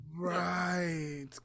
Right